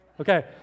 okay